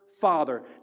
Father